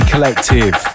Collective